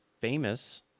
famous